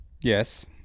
Yes